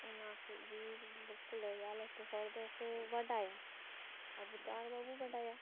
ᱚᱱᱟ ᱠᱚᱜᱮ ᱞᱟᱹᱭᱟ ᱞᱟᱹᱴᱩ ᱦᱚᱲ ᱫᱚᱠᱚ ᱵᱟᱰᱟᱭᱟ ᱟᱵᱚ ᱛᱚ ᱟᱨ ᱵᱟᱵᱚ ᱵᱟᱰᱟᱭᱟ